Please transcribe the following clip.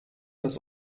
des